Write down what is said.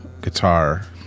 guitar